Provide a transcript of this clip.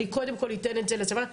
אני קודם כל אתן את זה לצווי הגנה.